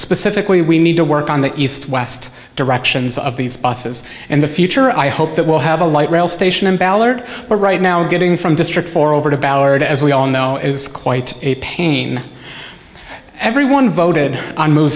specifically we need to work on the east west directions of these buses and the future i hope that we'll have a light rail station in ballard but right now getting from district four over to ballard as we all know it's quite a pain everyone voted on move